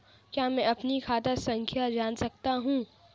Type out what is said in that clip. क्या मैं अपनी खाता संख्या जान सकता हूँ?